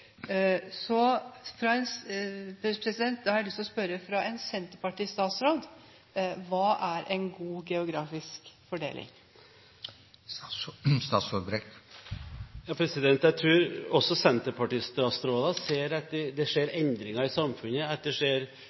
har jeg lyst til å spørre: For en senterpartistatsråd hva er en «god geografisk fordeling»? Jeg tror også senterpartistatsråder ser at det skjer endringer i samfunnet, at